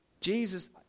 Jesus